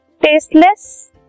tasteless